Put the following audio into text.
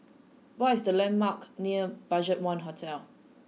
what are the landmarks near BudgetOne Hotel